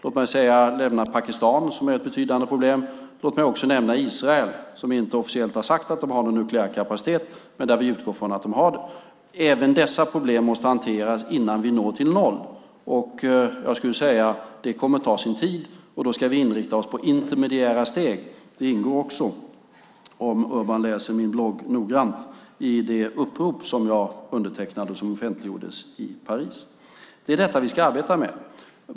Låt mig nämna Pakistan som är ett betydande problem. Låt mig också nämna Israel som inte officiellt har sagt att de har någon nukleär kapacitet men där vi utgår från att de har det. Även dessa problem måste hanteras innan vi når till noll. Jag skulle säga att det kommer att ta sin tid, och då ska vi inrikta oss på intermediära steg. Det ingår också - det framgår om Urban läser min blogg noga - i det upprop som jag undertecknade och som offentliggjordes i Paris. Det är detta vi ska arbeta med.